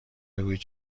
بگویید